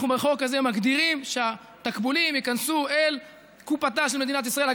אנחנו בחוק הזה מגדירים שהתקבולים ייכנסו אל קופתה של מדינת ישראל.